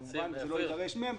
כמובן שלא יידרש מהם.